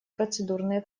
процедурные